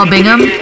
Bingham